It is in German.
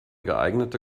geeignete